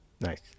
Nice